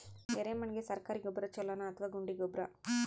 ಎರೆಮಣ್ ಗೆ ಸರ್ಕಾರಿ ಗೊಬ್ಬರ ಛೂಲೊ ನಾ ಅಥವಾ ಗುಂಡಿ ಗೊಬ್ಬರ?